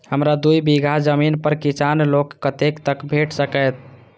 हमरा दूय बीगहा जमीन पर किसान लोन कतेक तक भेट सकतै?